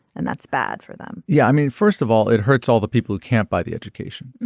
and that's bad for them yeah i mean first of all it hurts all the people who can't buy the education.